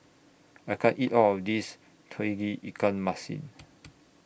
I can't eat All of This Tauge Ikan Masin